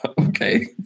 Okay